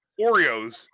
Oreos